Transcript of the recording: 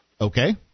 Okay